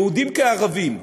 יהודים כערבים.